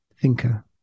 thinker